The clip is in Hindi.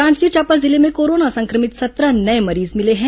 जांजगीर चांपा जिले में कोरोना संक्रमित सत्रह नये मरीज मिले हैं